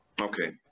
Okay